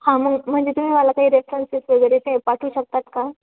हां मग म्हणजे तुम्ही मला काही रेफरनसेस वगैरे काही पाठवू शकतात का